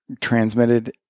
transmitted